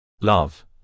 Love